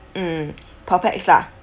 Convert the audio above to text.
mm per pax lah